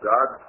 God